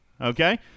okay